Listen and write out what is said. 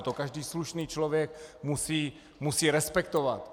To každý slušný člověk musí respektovat.